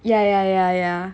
ya ya ya ya